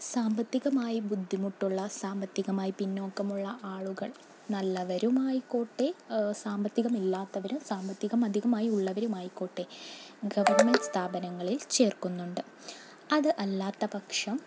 സാമ്പത്തികമായി ബുദ്ധിമുട്ടുള്ള സാമ്പത്തികമായി പിന്നോക്കമുള്ള ആളുകൾ നല്ലവരുമായിക്കോട്ടെ സാമ്പത്തികം ഇല്ലാത്തവരും സാമ്പത്തികം അധികമായി ഉള്ളവരുമായിക്കോട്ടെ ഗവൺണ്മെൻ്റ് സ്ഥാപനങ്ങളിൽ ചേർക്കുന്നുണ്ട് അത് അല്ലാത്ത പക്ഷം